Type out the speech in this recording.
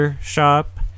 shop